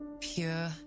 pure